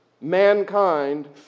Mankind